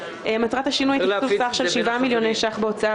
מטרת השינוי היא תקצוב סך של 7 מיליוני ₪ בהוצאה